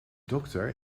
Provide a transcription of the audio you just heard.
dokter